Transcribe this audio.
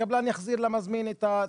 הקבלן יחזיר למזמין את התוספת.